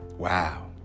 Wow